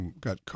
got